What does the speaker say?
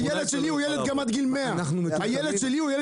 הילד שלי הוא ילד גם עד גיל 100. הילד שלי הוא ילד